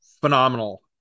phenomenal